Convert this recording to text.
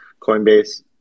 Coinbase